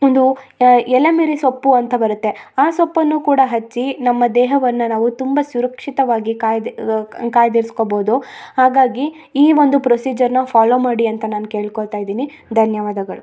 ಒಂದು ಎಲೆ ಮೆರಿ ಸೊಪ್ಪು ಅಂತ ಬರತ್ತೆ ಆ ಸೊಪ್ಪನ್ನು ಕೂಡ ಹಚ್ಚಿ ನಮ್ಮ ದೇಹವನ್ನ ನಾವು ತುಂಬ ಸುರಕ್ಷಿತವಾಗಿ ಕಾಯ್ದೆ ಕಾಯ್ದಿರ್ಸ್ಕೊಬೋದು ಹಾಗಾಗಿ ಈ ಒಂದು ಪ್ರೊಸಿಜರ್ನ ಫಾಲೋ ಮಾಡಿ ಅಂತ ನಾನು ಕೇಳ್ಕೊತಾ ಇದ್ದೀನಿ ಧನ್ಯವಾದಗಳು